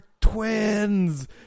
twins